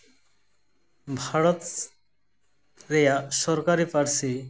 ᱵᱷᱟᱨᱚᱛ ᱨᱮᱭᱟᱜ ᱥᱚᱨᱠᱟᱨᱤ ᱯᱟᱹᱨᱥᱤ